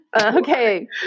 Okay